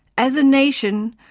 as a nation,